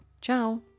Ciao